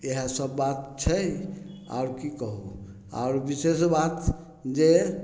इएह सब बात छै आओर की कहू आओर विशेष बात जे